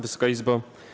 Wysoka Izbo!